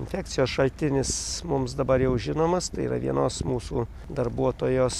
infekcijos šaltinis mums dabar jau žinomas tai yra vienos mūsų darbuotojos